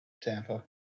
Tampa